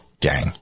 gang